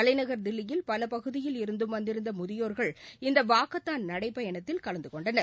தலைநகர் தில்லியில் பல பகுதியில் இருந்தும் வந்திருந்த முதியோர்கள் இந்த வாக்கத்தான் நடைபயணத்தில் கலந்துகொண்டனர்